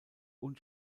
und